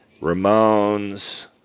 Ramones